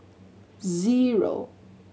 zero